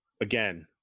Again